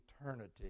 eternity